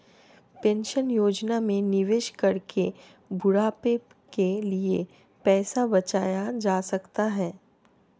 pension योजना में निवेश करके बुढ़ापे के लिए पैसा बचाया जा सकता है